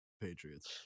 patriots